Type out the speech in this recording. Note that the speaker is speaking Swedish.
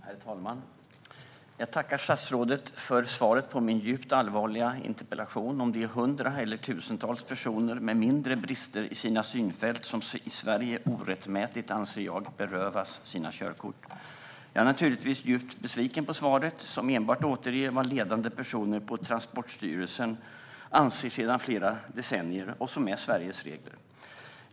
Herr talman! Jag tackar statsrådet för svaret på min djupt allvarliga interpellation om de hundra eller tusentals personer med mindre brister i sina synfält som i Sverige orättmätigt, anser jag, berövas sina körkort. Jag är naturligtvis djupt besviken på svaret, som enbart återger vad ledande personer på Transportstyrelsen anser sedan flera decennier och som är Sveriges regler.